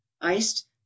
iced